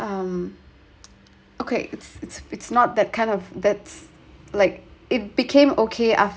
um okay it's it's it's not that kind of that like it became okay